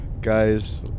Guys